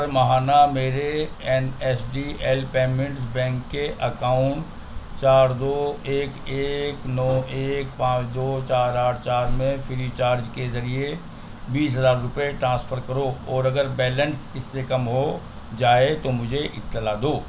ہر ماہانہ میرے N S D L payments bank کے اکاؤنٹ چار دو ایک ایک نو ایک پانچ دو چار آٹھ چار میں فری چارج کے ذریعے بیس ہزار روپے ٹرانسفر کرو اور اگر بیلنس اس سے کم ہو جائے تو مجھے اطلاع دو